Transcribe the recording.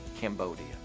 Cambodia